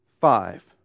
five